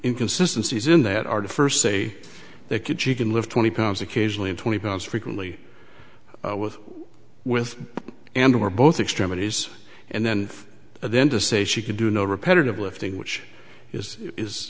inconsistency is in that are to first say they could she can lift twenty pounds occasionally twenty pounds frequently with with and or both extremities and then then to say she could do no repetitive lifting which is is